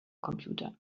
computer